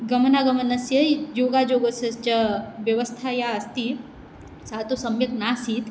गमनागमनस्य योगायोगस्य च व्यवस्था या अस्ति सा तु सम्यक् न आसीत्